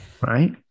right